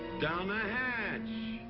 down the hatch!